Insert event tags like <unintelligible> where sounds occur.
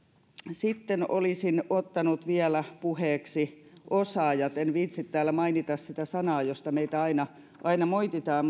sitten olisin ottanut vielä puheeksi osaajat en viitsi täällä mainita sitä sanaa josta meitä aina aina moititaan <unintelligible>